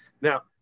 now